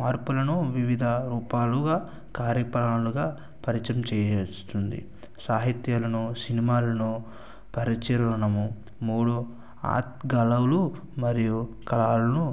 మార్పులను వివిధ రూపాలుగా కార్యక్రమాలుగా పరిచయం చేయిస్తుంది సాహిత్యాలను సినిమాలను పరిచయం మూడు ఆత్కలవలు మరియు కారును